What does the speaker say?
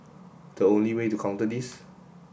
the only way to counter this